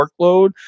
workload